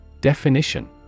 Definition